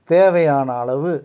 தேவையான அளவு